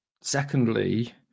Secondly